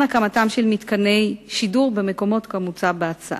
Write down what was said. הקמתם של מתקני שידור במקומות כמוצע בהצעה.